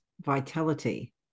vitality